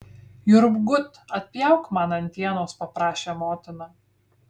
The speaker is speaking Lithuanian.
jurgut atpjauk man antienos paprašė motina